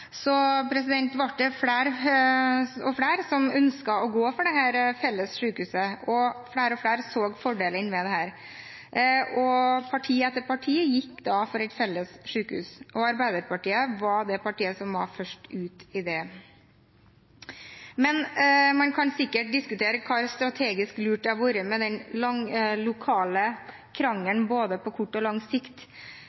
det flere og flere som ønsket å gå inn for dette felles sykehuset, og flere og flere så fordelene ved det. Parti etter parti gikk da inn for et felles sykehus, og Arbeiderpartiet var det partiet som var først ute med det. Men man kan sikkert diskutere hvor strategisk lurt det har vært med den lokale krangelen, både på kort og lang sikt,